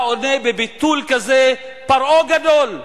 אתה עונה בביטול כזה, פרעה גדול.